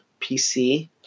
PC